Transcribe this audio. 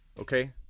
okay